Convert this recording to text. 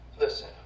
Listen